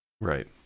Right